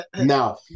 Now